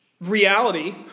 reality